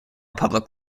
public